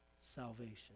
salvation